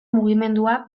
mugimendua